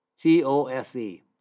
T-O-S-E